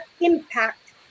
impact